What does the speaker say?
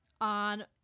on